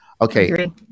Okay